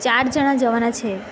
ચાર જણા જવાના છે